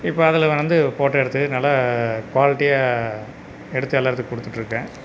இப்போ அதில் நான் வந்து ஃபோட்டோ எடுத்து நல்லா குவாலிட்டியாக எடுத்து எல்லார்த்துக்கும் கொடுத்துட்ருக்கேன்